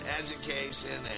education